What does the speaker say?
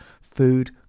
food